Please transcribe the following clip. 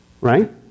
right